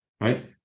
right